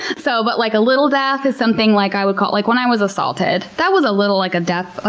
so but like a little death is something like i would call like when i was assaulted. that was a little like a death,